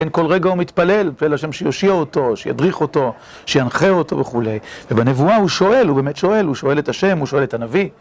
כל רגע הוא מתפלל, ולשם שיושיע אותו, שידריך אותו, שינחה אותו וכולי ובנבואה הוא שואל, הוא באמת שואל, הוא שואל את השם, הוא שואל את הנביא